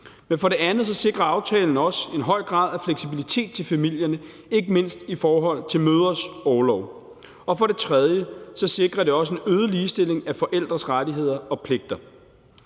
For det andet sikrer aftalen også en høj grad af fleksibilitet til familierne, ikke mindst i forhold til mødres orlov. Og for det tredje sikrer det også en øget ligestilling af forældres rettigheder og pligter.